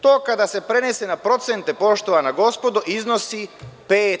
To kada se prenese na procente, poštovana gospodo, iznosi 5%